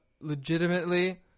legitimately